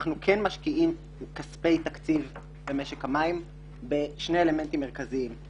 אנחנו כן משקיעים כספי תקציב במשק המים בשני אלמנטים מרכזיים: